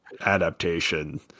adaptation